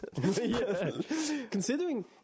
Considering